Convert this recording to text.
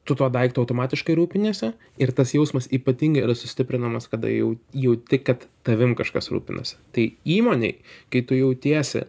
tu tuo daiktu automatiškai rūpiniesi ir tas jausmas ypatingai yra sustiprinamas kada jau jauti kad tavim kažkas rūpinasi tai įmonėj kai tu jautiesi